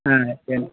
ಹಾಂ ಏನು